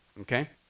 okay